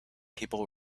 people